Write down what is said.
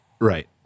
Right